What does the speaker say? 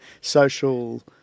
social